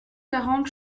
quarante